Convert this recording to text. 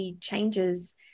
changes